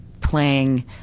playing